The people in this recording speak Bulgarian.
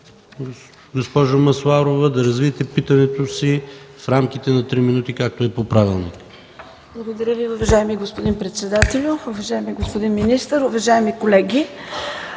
госпожо Масларова, да развиете питането си в рамките на три минути, както е по правилник.